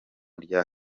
rya